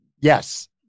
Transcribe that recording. Yes